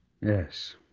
Yes